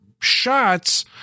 shots